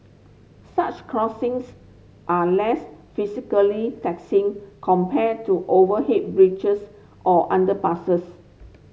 such crossings are less physically taxing compared to overhead bridges or underpasses